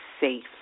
safe